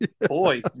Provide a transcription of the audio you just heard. boy